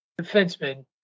Defenseman